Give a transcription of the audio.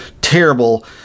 terrible